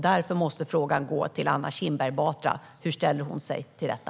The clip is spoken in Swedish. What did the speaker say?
Därför måste frågan gå till Anna Kinberg Batra hur hon ställer sig till detta.